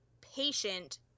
patient